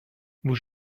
vous